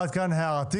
עד כאן הערתי.